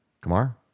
Kamar